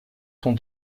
sont